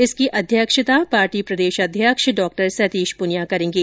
इसकी अध्यक्षता पार्टी प्रदेश अध्यक्ष डॉ सतीश पूनिया करेंगे